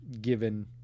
given